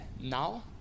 now